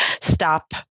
stop